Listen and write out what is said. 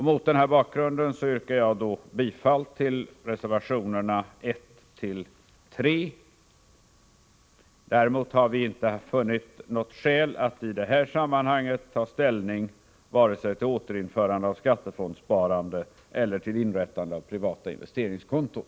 Mot denna bakgrund yrkar jag bifall till reservationerna 1-3. Däremot har vi inte funnit något skäl att i det här sammanhanget ta ställning till vare sig återinförande av skattefondssparande eller till inrättande av privata investeringskonton.